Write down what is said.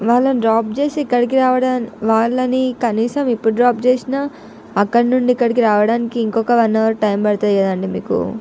వాళ్ళని డ్రాప్ చేసి ఇక్కడికి రావడా వాళ్ళని కనీసం ఇప్పడు డ్రాప్ చేసిన అక్కడ నుండి ఇక్కడికి రావడానికి ఇంకొక వన్ హావర్ టైమ్ పడుతుంది కదండి మీకు